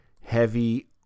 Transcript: heavy